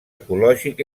ecològic